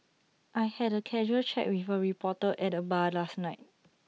I had A casual chat with A reporter at the bar last night